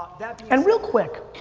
and real quick,